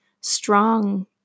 strong